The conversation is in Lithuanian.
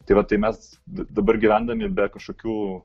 tai va tai mes dabar gyvendami be kažkokių